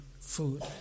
food